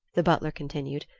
the butler continued,